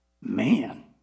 Man